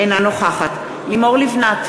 אינה נוכחת לימור לבנת,